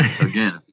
again